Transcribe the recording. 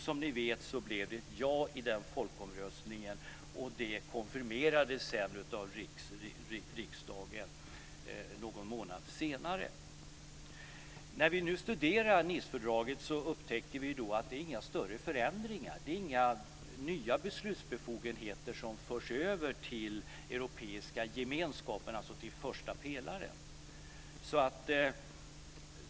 Som ni vet blev det ett ja i den folkomröstningen, vilket någon månad senare konfirmerades av riksdagen. När vi nu studerar Nicefördraget upptäcker vi att det inte har skett några större förändringar. Det är inga nya beslutsbefogenheter som förs över till den europeiska gemenskapen, alltså till första pelaren.